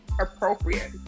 appropriate